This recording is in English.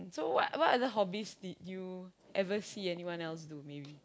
so what what other hobbies did you ever see anyone else do maybe